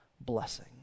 blessing